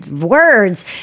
words –